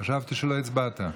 חשבתי שלא הצבעת.